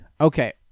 okay